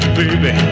baby